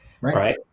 Right